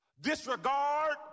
Disregard